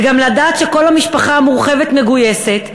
זה גם לדעת שכל המשפחה המורחבת מגויסת.